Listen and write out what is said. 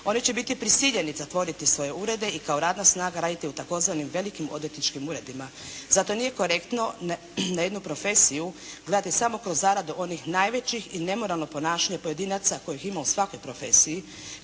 Oni će biti prisiljeni zatvoriti svoje urede i kao radna snaga raditi u tzv. velikim odvjetničkim uredima. Zato nije korektno na jednu profesiju gledati samo kroz zaradu onih najvećih i nemoralno ponašanje pojedinaca kojih ima u svakoj profesiji